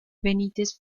benítez